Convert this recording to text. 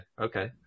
Okay